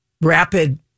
rapid